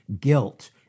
guilt